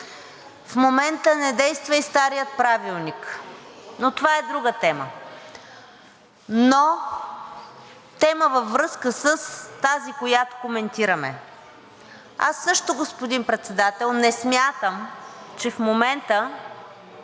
в момента не действа и старият правилник, но това е друга тема, но тема във връзка с тази, която коментираме. Също, господин Председател, не смятам, че в момента